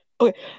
Okay